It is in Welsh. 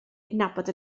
adnabod